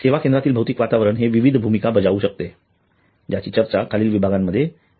सेवा केंद्रातील भौतिक वातावरण हे विविध भूमिका बजावू शकते ज्याची चर्चा खालील विभागांमध्ये केलेली आहे